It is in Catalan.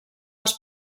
els